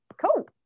cool